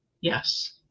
Yes